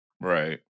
Right